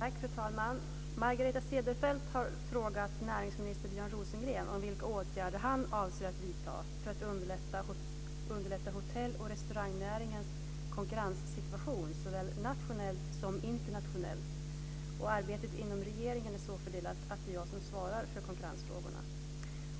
Fru talman! Margareta Cederfelt har frågat näringsminister Björn Rosengren om vilka åtgärder han avser att vidta för att underlätta hotell och restaurangnäringens konkurrenssituation såväl nationellt som internationellt. Arbetet inom regeringen är så fördelat att det är jag som svarar för konkurrensfrågor.